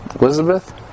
Elizabeth